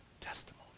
testimony